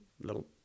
little